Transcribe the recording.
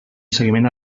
seguiment